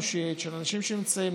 אנושית, של אנשים שנמצאים.